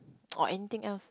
or anything else